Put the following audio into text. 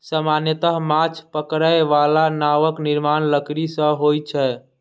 सामान्यतः माछ पकड़ै बला नावक निर्माण लकड़ी सं होइ छै